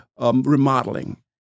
remodeling